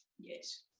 Yes